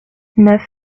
neuf